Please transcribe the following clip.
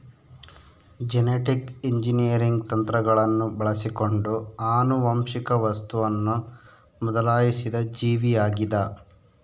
genetic engineering ತಂತ್ರಗಳನ್ನು ಬಳಸಿಕೊಂಡು ಆನುವಂಶಿಕ ವಸ್ತುವನ್ನು ಬದಲಾಯಿಸಿದ ಜೀವಿಯಾಗಿದ